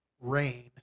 rain